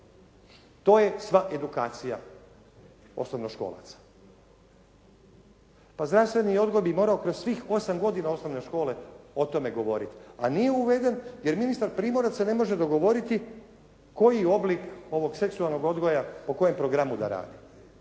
To je sva edukacija osnovnoškolaca. Pa zdravstveni odgoj mi morao kroz svih 8 godina osnovne škole o tome govoriti, a nije uveden jer ministar Primorac se ne može dogovoriti koji oblik ovog seksualnog odgoja po kojem programu da radi?